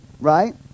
Right